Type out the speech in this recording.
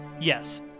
Yes